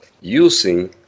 using